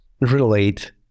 relate